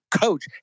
coach